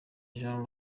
jean